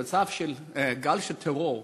במצב של גל טרור,